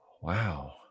Wow